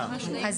כן.